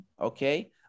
okay